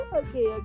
okay